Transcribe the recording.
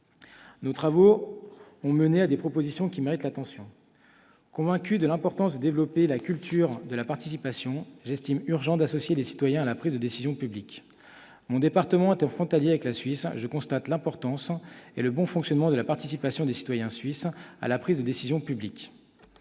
Nos travaux ont mené à des propositions qui méritent l'attention. Convaincu de l'importance de développer la culture de la participation, j'estime urgent d'associer les citoyens à la prise de décision publique. Mon département étant limitrophe de la Suisse, je constate l'importance et le bon fonctionnement de la participation des citoyens suisses à la prise de décisions publiques.